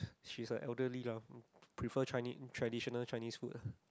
she is like elderly lah prefer Chinese traditional Chinese food ah